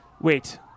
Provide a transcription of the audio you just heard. wait